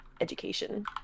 education